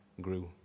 grew